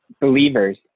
believers